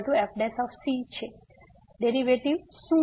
હવે ડેરિવેટિવ શું છે